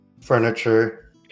furniture